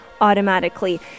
automatically